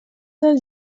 del